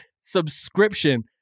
subscription